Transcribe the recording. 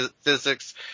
physics